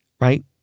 right